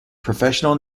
professional